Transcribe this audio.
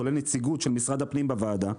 כולל נציגות של משרד הפנים בוועדה,